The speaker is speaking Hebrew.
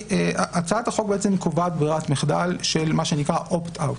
הצעת החוק בעצם קובעת ברירת מחדל של מה שנקרא opt-out.